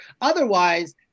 Otherwise